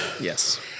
yes